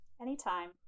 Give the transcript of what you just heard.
anytime